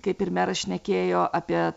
kaip ir meras šnekėjo apie